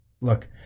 Look